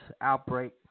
Outbreak